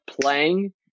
playing